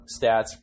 stats